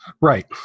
Right